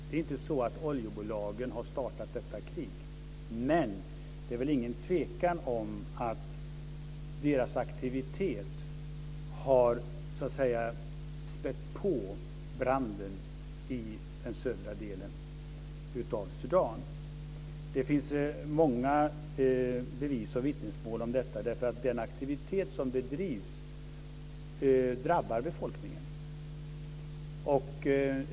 Det är inte så att oljebolagen har startat detta krig men det råder väl ingen tvekan om att deras aktivitet har så att säga spätt på branden i den södra delen av Sudan. Det finns många bevis på och vittnesmål om detta eftersom den aktivitet som bedrivs drabbar befolkningen.